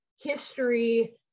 history